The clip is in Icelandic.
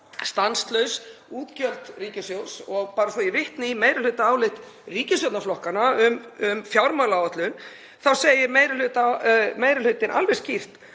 stanslaus útgjöld ríkissjóðs — og bara svo ég vitni í meirihlutaálit ríkisstjórnarflokkanna um fjármálaáætlun þá segir meiri hlutinn alveg skýrt